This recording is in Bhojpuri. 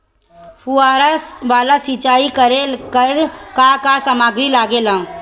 फ़ुहारा वाला सिचाई करे लर का का समाग्री लागे ला?